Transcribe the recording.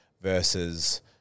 versus